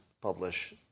publish